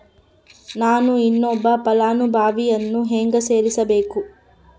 ನಾನು ಇನ್ನೊಬ್ಬ ಫಲಾನುಭವಿಯನ್ನು ಹೆಂಗ ಸೇರಿಸಬೇಕು?